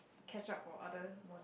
catch up for other mod